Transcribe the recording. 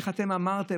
איך אתם אמרתם,